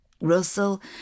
Russell